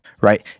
right